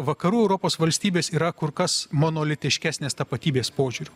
vakarų europos valstybės yra kur kas monolitiškesnės tapatybės požiūriu